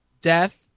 Death